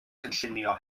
cynllunio